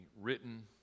written